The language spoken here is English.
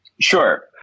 Sure